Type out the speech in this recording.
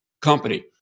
company